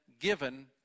given